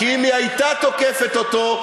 כי אם היא הייתה תוקפת אותו,